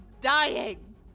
dying